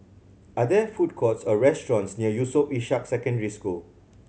are there food courts or restaurants near Yusof Ishak Secondary School